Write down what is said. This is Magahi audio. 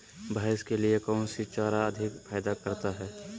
भैंस के लिए कौन सी चारा अधिक फायदा करता है?